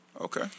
Okay